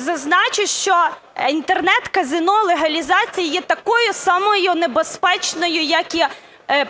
Зазначу, що Інтернет-казино легалізація є такою самою небезпечною як і